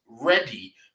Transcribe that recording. ready